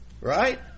Right